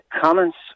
comments